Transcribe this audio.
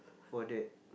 for that